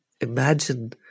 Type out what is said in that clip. imagine